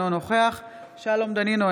אינו נוכח שלום דנינו,